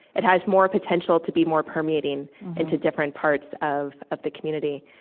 it has more potential to be more permeating into different parts of of the community.